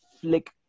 flick